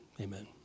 amen